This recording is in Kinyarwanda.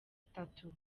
itatu